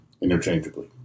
interchangeably